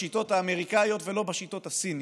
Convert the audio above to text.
בשיטות האמריקאיות, לא בשיטות הסיניות.